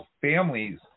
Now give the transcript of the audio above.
families